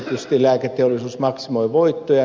tietysti lääketeollisuus maksimoi voittoja